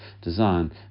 design